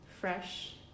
fresh